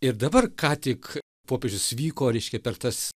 ir dabar ką tik popiežius vyko reiškia per tas